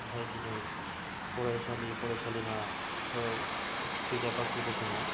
नाथाय दिनै फरायसालि फायसालिमाफोराव बिजाब बाख्रिफोर दङ